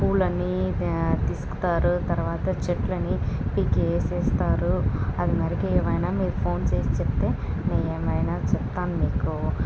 పూలన్నీ తీసుకుతారు తర్వాత చెట్లని పీకి వేసేస్తారు అందరికీ ఏమైనా మీరు ఫోన్ చేసి చెప్తే నేనేమైనా చెప్తాను మీకు